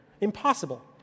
Impossible